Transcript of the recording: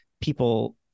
people